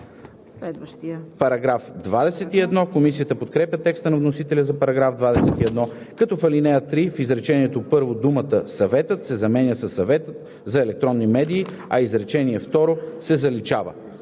„се прилагат“. Комисията подкрепя текста на вносителя за § 21, като в ал. 3 в изречение първо думата „Съветът“ се заменя със „Съветът за електронни медии“, а изречение второ се заличава.